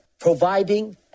providing